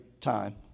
time